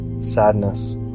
sadness